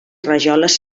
rajoles